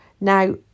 Now